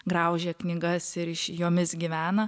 graužia knygas ir iš jomis gyvena